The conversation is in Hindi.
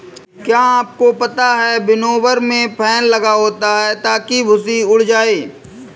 क्या आपको पता है विनोवर में फैन लगा होता है ताकि भूंसी उड़ जाए?